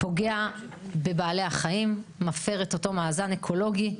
פוגע בבעלי החיים, מפר את אותו מאזן אקולוגי,